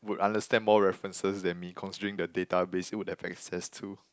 would understand more references than me considering that database he would have access too